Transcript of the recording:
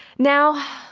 now,